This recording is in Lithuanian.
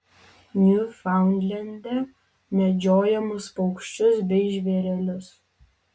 niufaundlende medžiojamus paukščius bei žvėrelius